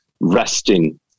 resting